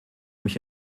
mich